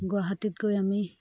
গুৱাহাটীত গৈ আমি